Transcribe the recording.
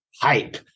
hype